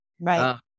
Right